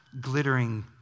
glittering